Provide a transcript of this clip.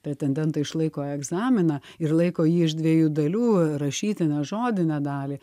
pretendentai išlaiko egzaminą ir laiko jį iš dviejų dalių rašytinę žodinę dalį